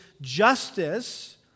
justice